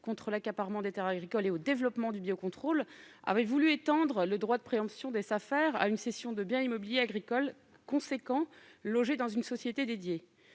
contre l'accaparement des terres agricoles et au développement du biocontrôle avait voulu étendre le droit de préemption des Safer à une cession de biens immobiliers agricoles importants logés dans une société dédiée.